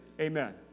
Amen